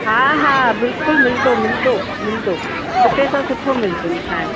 हा हा बिल्कुलु मिलंदो मिलंदो मिलंदो सुठे सां सुठो मिलंदो खाइणु